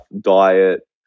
diet